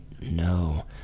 no